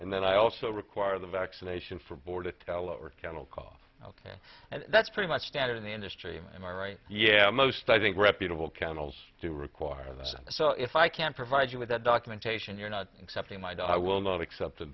and then i also require the vaccination for board to tell over kennel cough and that's pretty much standard in the industry and i write yeah most i think reputable canales do require that so if i can provide you with documentation you're not accepting my dog i will not accept